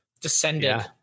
Descended